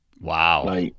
Wow